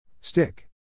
Stick